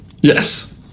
Yes